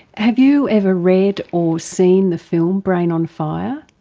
have you ever read or seen the film brain on fire?